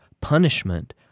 punishment